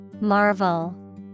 Marvel